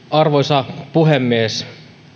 arvoisa puhemies